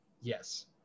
Yes